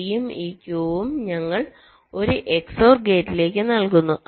ഡിയും ഈ ക്യുവും ഞങ്ങൾ ഒരു XOR ഗേറ്റിലേക്ക് നൽകുന്നു